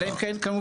אלא אם כן כמובן,